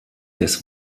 des